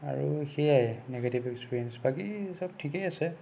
আৰু সেয়াই negative experience বাকী চব ঠিকেই আছে